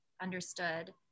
understood